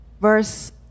Verse